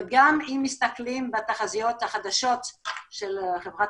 וגם אם מסתכלים בתחזיות בחדשות של חברת